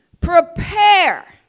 Prepare